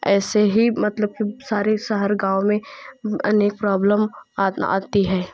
ऐसे ही मतलब सारे शहर गाँव में अनेक प्रॉब्लम आ आती है